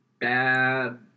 Bad